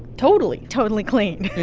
totally. totally clean.